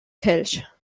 kelch